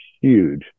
huge